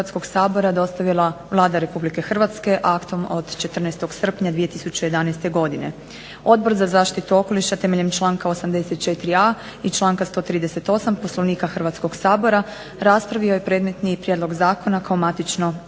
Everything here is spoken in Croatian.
Hrvatskog sabora dostavila Vlada Republike Hrvatske aktom od 14. srpnja 2011. godine. Odbor za zaštitu okoliša temeljem članka 84.a i članka 138. Poslovnika Hrvatskog sabora raspravio je predmetni prijedlog zakona kao matično